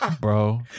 Bro